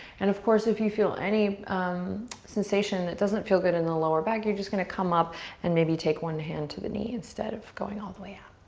and of course, if you feel any sensation that doesn't feel good in the lower back, you're just gonna come up and maybe take one hand to the knee instead of going all the way out.